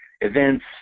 events